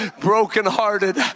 brokenhearted